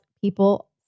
people